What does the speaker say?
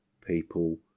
people